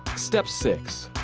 step six.